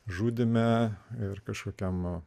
žudyme ir kažkokiame